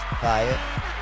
Fire